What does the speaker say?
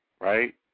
right